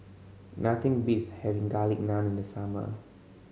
nothing beats having Garlic Naan in the summer